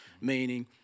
meaning